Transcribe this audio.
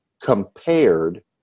compared